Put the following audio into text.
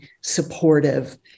supportive